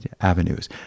avenues